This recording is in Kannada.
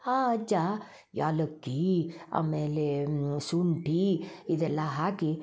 ಆ ಅಜ್ಜ ಏಲಕ್ಕಿ ಆಮೇಲೆ ಶುಂಠಿ ಇದೆಲ್ಲ ಹಾಕಿ